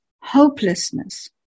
hopelessness